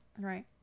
right